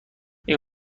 این